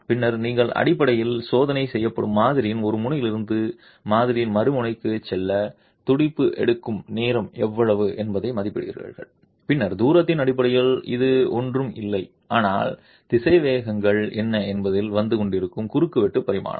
பின்னர் நீங்கள் அடிப்படையில் சோதனை செய்யப்படும் மாதிரியின் ஒரு முனையிலிருந்து மாதிரியின் மறுமுனைக்குச் செல்ல துடிப்பு எடுக்கும் நேரம் எவ்வளவு என்பதை மதிப்பிடுகிறீர்கள் பின்னர் தூரத்தின் அடிப்படையில் இது ஒன்றும் இல்லை ஆனால் திசைவேகங்கள் என்ன என்பதில் வந்து கொண்டிருக்கும் குறுக்கு வெட்டு பரிமாணம்